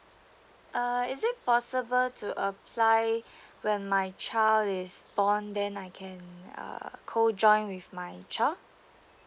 uh is it possible to apply when my child is born then I can uh co joint with my child